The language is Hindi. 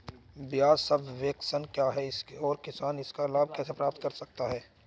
ब्याज सबवेंशन क्या है और किसान इसका लाभ कैसे प्राप्त कर सकता है?